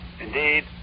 Indeed